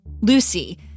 Lucy